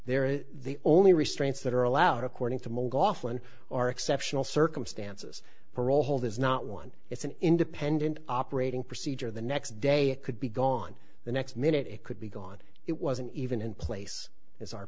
they're the only restraints that are allowed according to most often are exceptional circumstances parole hold is not one it's an independent operating procedure the next day it could be gone the next minute it could be gone it wasn't even in place is our